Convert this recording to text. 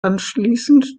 anschließend